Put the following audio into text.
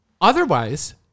Otherwise